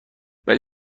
ولی